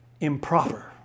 improper